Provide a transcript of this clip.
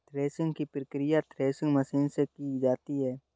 threshing की प्रकिया threshing machine से की जाती है